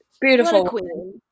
beautiful